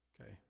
Okay